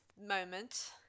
moment